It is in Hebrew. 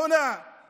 מכאן אני